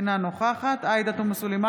אינה נוכחת עאידה תומא סלימאן,